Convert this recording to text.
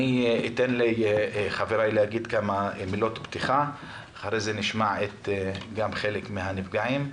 אתן לחבריי להגיד כמה מילות פתיחה ואחרי כן נשמע חלק מן הנפגעים.